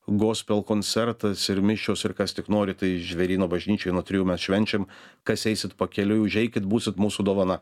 gospel koncertas ir mišios ir kas tik nori tai žvėryno bažnyčioj nuo trijų mes švenčiam kas eisit pakeliui užeikit būsit mūsų dovana